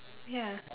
ya